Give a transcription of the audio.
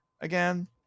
again